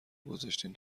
گذاشتین